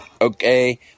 okay